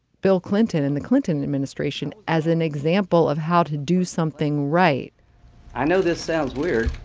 bill clinton in the clinton administration as an example of how to do something right i know this sounds weird,